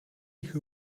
who